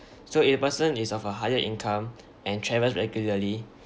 so if the person is of a higher income and travels regularly